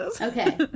Okay